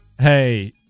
hey